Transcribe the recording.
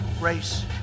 race